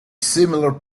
similar